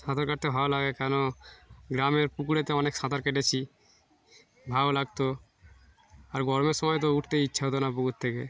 সাঁতার কাটতে ভালো লাগে কেন গ্রামের পুকুরেতে অনেক সাঁতার কেটেছি ভালো লাগতো আর গরমের সময় তো উঠতেই ইচ্ছা হতো না পুকুর থেকে